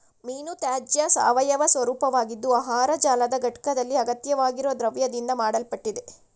ಮೀನುತ್ಯಾಜ್ಯ ಸಾವಯವ ಸ್ವರೂಪವಾಗಿದ್ದು ಆಹಾರ ಜಾಲದ ಘಟಕ್ದಲ್ಲಿ ಅಗತ್ಯವಾಗಿರೊ ದ್ರವ್ಯದಿಂದ ಮಾಡಲ್ಪಟ್ಟಿದೆ